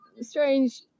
strange